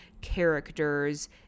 characters